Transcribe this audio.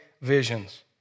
visions